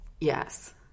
Yes